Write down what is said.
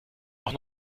auch